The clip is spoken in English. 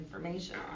information